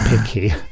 picky